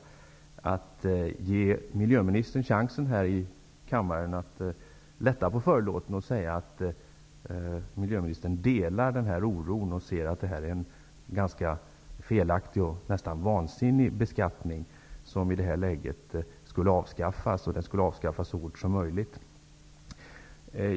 Jag ville ge miljöministern chansen att här i kammaren lätta på förlåten och medge att också han är orolig och att detta är en felaktig och nästan vansinnig beskattning, som i det här läget borde avskaffas så fort som möjligt.